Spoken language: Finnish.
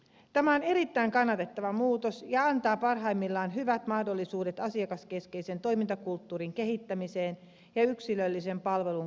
tämä on erittäin kannatettava muutos ja antaa parhaimmillaan hyvät mahdollisuudet asiakaskeskeisen toimintakulttuurin kehittämiseen ja yksilöllisen palvelun korostamiseen